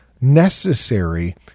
necessary